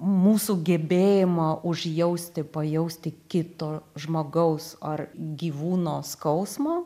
mūsų gebėjimą užjausti pajausti kito žmogaus ar gyvūno skausmo